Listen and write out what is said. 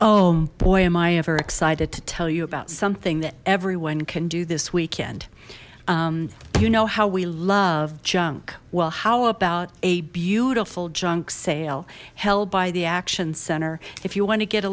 oh boy am i ever excited to tell you about something that everyone can do this weekend you know how we love junk well how about a beautiful junk sale held by the action center if you want to get a